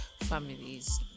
families